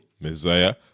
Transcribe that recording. Messiah